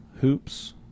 hoops